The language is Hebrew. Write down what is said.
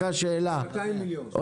סגן שר התחבורה לשעבר חבר הכנסת מקלב